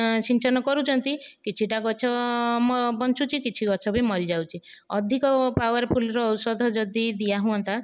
ସିଞ୍ଚନ କରୁଛନ୍ତି କିଛିଟା ଗଛ ବଞ୍ଚୁଛି କିଛି ଗଛ ବି ମରି ଯାଉଛି ଅଧିକ ପାୱାରଫୁଲ ଔଷଧ ଯଦି ଦିଆ ହୁଅନ୍ତା